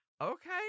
Okay